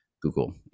Google